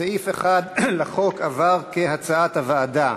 סעיף 1 לחוק עבר כהצעת הוועדה.